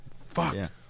fuck